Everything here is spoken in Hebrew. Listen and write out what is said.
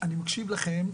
מקשיב לכם.